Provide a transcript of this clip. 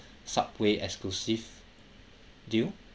subway exclusive deal